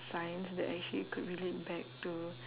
science that actually could relate back to